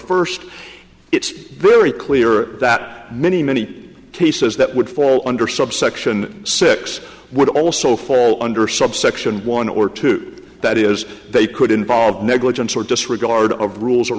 first it's very clear that many many cases that would fall under subsection six would also fall under subsection one or two that is they could involve negligence or disregard of rules